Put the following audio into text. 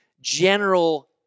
general